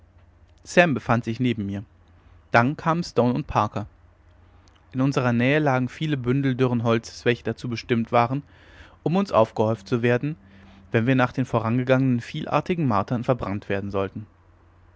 sam befand sich neben mir dann kamen stone und parker in unserer nähe lagen viele bündel dürren holzes welche dazu bestimmt waren um uns aufgehäuft zu werden wenn wir nach den vorangegangenen vielartigen martern verbrannt werden sollten